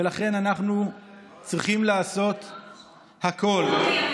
ולכן אנחנו צריכים לעשות הכול, זה לא נכון.